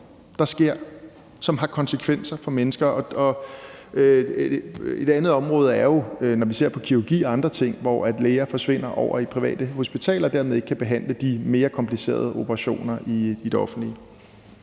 der sker, og som har konsekvenser for mennesker. Et andet område, hvor det sker, er i forbindelse med kirurgi og andre ting, hvor læger forsvinder over i private hospitaler og dermed ikke kan foretage de mere komplicerede operationer i det offentlige.